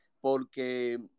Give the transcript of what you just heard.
porque